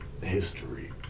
history